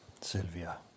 Sylvia